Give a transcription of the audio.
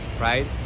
right